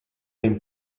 dem